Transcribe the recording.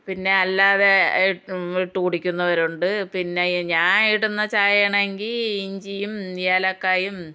പിന്നെ അല്ലാതെ ഇട്ട് കുടിക്കുന്നവരുണ്ട് പിന്നെ ഞാൻ ഇടുന്ന ചായ ആണെങ്കിൽ ഇഞ്ചിയും ഏലക്കായും